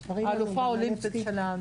אבל אם מישהו מעדיף למכור ולעשות רווח,